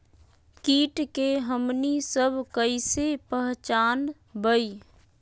किट के हमनी सब कईसे पहचान बई?